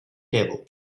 table